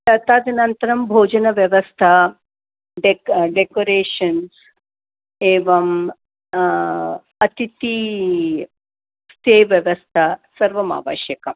तत् तदनन्तरं भोजनव्यवस्था डेक् डेकोरेशन्स् एवं अतिथि स्टे व्यवस्था सर्वम् आवश्यकम्